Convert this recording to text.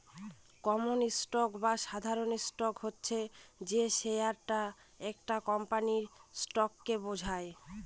common stock বা সাধারণ stock হচ্ছে যে শেয়ারটা একটা কোম্পানির স্টককে বোঝায়